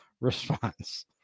response